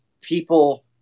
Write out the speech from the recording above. people